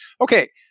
Okay